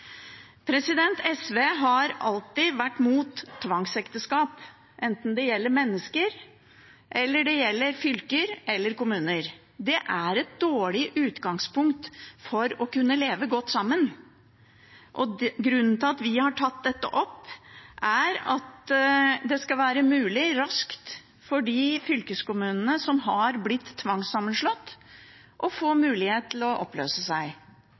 SV har alltid vært imot tvangsekteskap, enten det gjelder mennesker, fylker eller kommuner. Det er et dårlig utgangspunkt for å kunne leve godt sammen. Grunnen til at vi har tatt dette opp, er at det skal være mulig raskt for de fylkeskommunene som er blitt tvangssammenslått, å få mulighet til å oppløse seg.